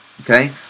Okay